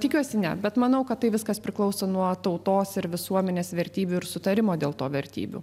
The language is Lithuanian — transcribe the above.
tikiuosi ne bet manau kad tai viskas priklauso nuo tautos ir visuomenės vertybių ir sutarimo dėl to vertybių